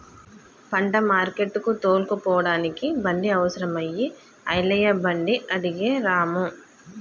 పంటను మార్కెట్టుకు తోలుకుపోడానికి బండి అవసరం అయి ఐలయ్య బండి అడిగే రాము